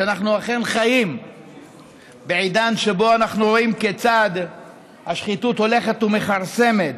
שאנחנו אכן חיים בעידן שבו אנחנו רואים כיצד השחיתות הולכת ומכרסמת.